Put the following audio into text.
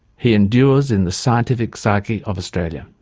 he endures in the scientific psyche of australia.